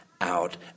out